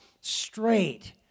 straight